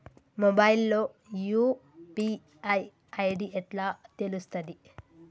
Mobile లో UPI ID ఎట్లా తెలుస్తది?